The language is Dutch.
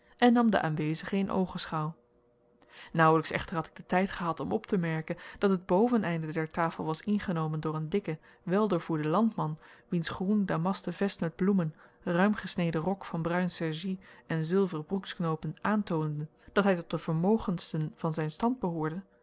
en nam de aanwezigen in oogenschouw naauwlijks echter had ik den tijd gehad om op te merken dat het boveneinde der tafel was ingenomen door een dikken wel doorvoeden landman wiens groen damasten vest met bloemen ruim gesneden rok van bruine sergie en zilveren broeksknoopen aantoonden dat hij tot de vermogendsten van zijn stand behoorde